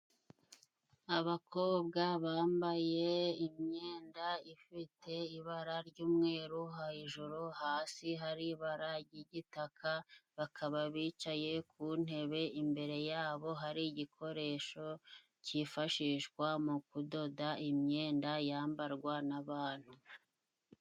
Abakobwa bambaye imyenda ifite ibara ry'umweru hejuru hasi hari ibara ry'igitaka, bakaba bicaye ku ntebe imbere yabo hari igikoresho cyifashishwa mu kudoda imyenda yambarwa n'abantu.